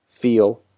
Feel